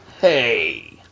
Hey